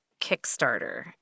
Kickstarter